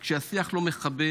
כשהשיח לא מכבד,